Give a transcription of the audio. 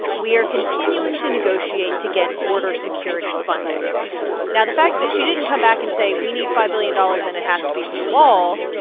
we are continuing to negotiate to get border security funding now, the fact that she didn't come back and say, we need five billion dollars and it has to be for the wall,